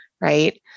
right